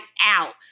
out